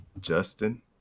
Justin